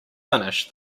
finish